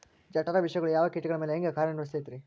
ಜಠರ ವಿಷಗಳು ಯಾವ ಕೇಟಗಳ ಮ್ಯಾಲೆ ಹ್ಯಾಂಗ ಕಾರ್ಯ ನಿರ್ವಹಿಸತೈತ್ರಿ?